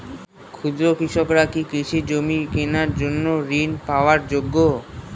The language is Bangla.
ক্ষুদ্র কৃষকরা কি কৃষি জমি কেনার জন্য ঋণ পাওয়ার যোগ্য?